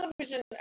television